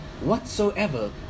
whatsoever